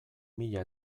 mila